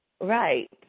Right